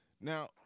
Now